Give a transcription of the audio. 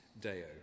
Deo